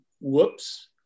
whoops